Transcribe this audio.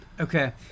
Okay